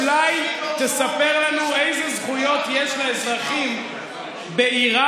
אולי תספר לנו איזה זכויות יש לאזרחים באיראן